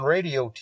Radio